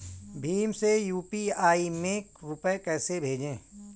भीम से यू.पी.आई में रूपए कैसे भेजें?